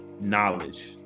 knowledge